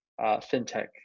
fintech